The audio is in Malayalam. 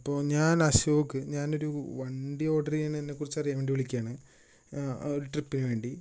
അപ്പോൾ ഞാൻ അശോക് ഞാൻ ഒരു വണ്ടി ഓർഡർ ചെയ്യുന്നതിനെ കുറിച്ച് അറിയാൻ വേണ്ടി വിളിക്കുകയാണ് ആ ഒരു ട്രിപ്പിന് വേണ്ടി